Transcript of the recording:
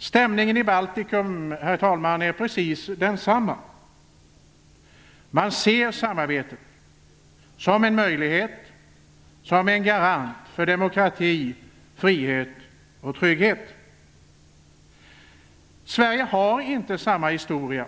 Stämningen i Baltikum är precis densamma. Man ser samarbetet som en möjlighet, som en garanti för demokrati, frihet och trygghet. Sverige har inte samma historia.